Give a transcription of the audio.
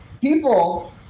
People